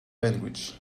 language